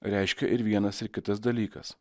reiškia ir vienas ir kitas dalykas